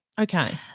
Okay